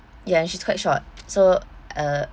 ya she's quite short so uh